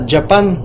Japan